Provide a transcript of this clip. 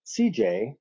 CJ